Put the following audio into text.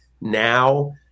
now